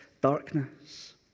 darkness